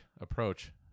approach